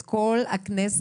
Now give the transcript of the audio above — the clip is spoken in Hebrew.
את כל הכנסת